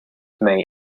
may